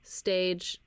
stage